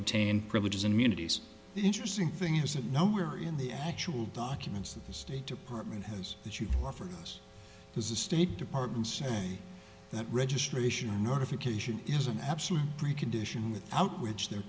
obtain privileges and immunities the interesting thing is that nowhere in the actual documents that the state department has that you've offered us has the state department say that registration or difficult issue is an absolute precondition without which there